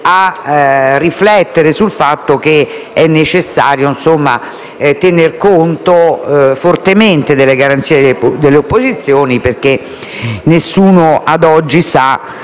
a riflettere sul fatto che è necessario tenere conto fortemente delle garanzie delle opposizioni, perché nessuno ad oggi sa